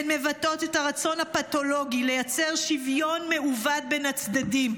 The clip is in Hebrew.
הן מבטאות את הרצון הפתולוגי לייצר שוויון מעוות בין הצדדים.